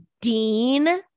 Dean